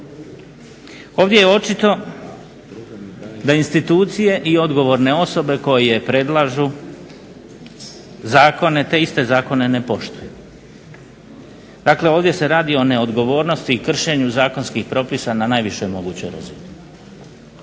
Ovdje je očito da institucije i odgovorne osobe koje predlažu zakone te iste zakone ne poštuju. Dakle, ovdje se radi o neodgovornosti i kršenju zakonskih propisa na najvišoj mogućoj razini.